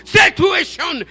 situation